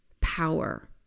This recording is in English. power